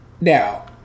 Now